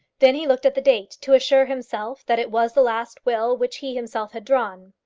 then he looked at the date to assure himself that it was the last will which he himself had drawn.